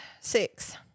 six